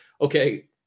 okay